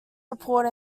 report